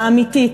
האמיתית,